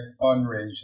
fundraising